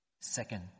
Second